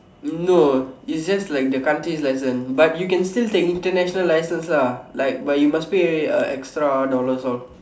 no it's just like the country's license but you can still take the international license lah like but you must pay the extras dollars all